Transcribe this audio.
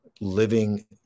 living